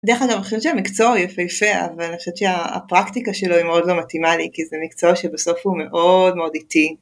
דרך אגב אני חושבת שהמקצוע הוא יפייפה אבל אני חושבת שהפרקטיקה שלו היא מאוד לא מתאימה לי, כי זה מקצוע שבסוף הוא מאוד מאוד איטי.